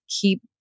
keep